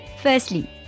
Firstly